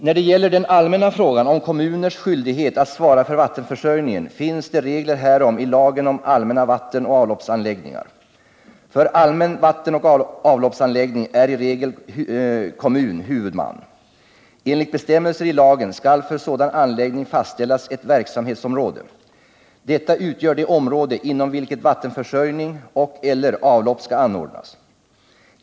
När det gäller den allmänna frågan om kommuners skyldigheter att svara för vattenförsörjningen finns det regler härom i lagen om allmänna vattenoch avloppsanläggningar. För allmän vattenoch avloppsanläggning är i regel kommun huvudman. Enligt bestämmelser i lagen skall för sådan anläggning fastställas ett verksamhetsområde. Detta utgör det område inom vilket vattenförsörjning och/eller avlopp skall anordnas.